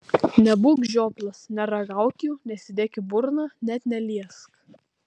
nebūk žioplas neragauk jų nesidėk į burną net neliesk